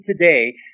today